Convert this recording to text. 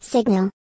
Signal